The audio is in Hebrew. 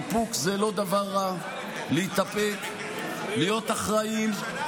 איפוק הוא לא דבר רע, להתאפק, להיות אחראים